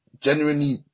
genuinely